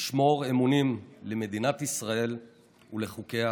לשמור אמונים למדינת ישראל ולחוקיה,